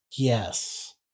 Yes